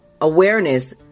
awareness